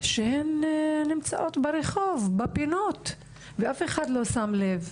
שהן נמצאות ברחוב, בפינות ואף אחד לא שם לב.